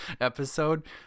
episode